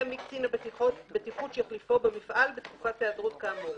מי קצין הבטיחות שיחליפו במפעל בתקופת ההיעדרות כאמור.